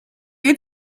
you